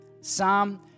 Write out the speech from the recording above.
Psalm